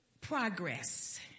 progress